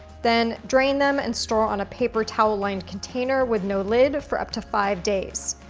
then drain them and store on a paper towel lined container with no lid for up to five days.